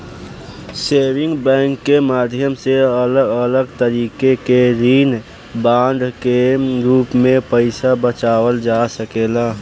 saving bank के माध्यम से अलग अलग तरीका के ऋण बांड के रूप में पईसा बचावल जा सकेला